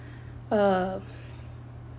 uh